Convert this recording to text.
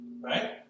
right